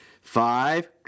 five